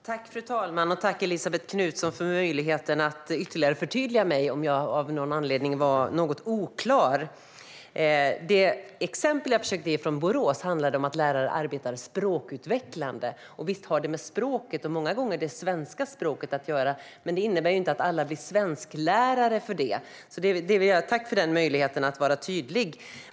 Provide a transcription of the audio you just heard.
Fru talman! Tack, Elisabet Knutsson, för möjligheten att ytterligare förtydliga mig om jag av någon anledning var något oklar! Det exempel jag försökte ge från Borås handlade om att lärare arbetar språkutvecklande. Och visst har det med språket, och många gånger det svenska språket, att göra. Men det innebär inte att alla blir svensklärare. Tack för den möjligheten att vara tydlig!